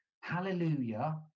Hallelujah